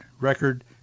Record